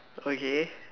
okay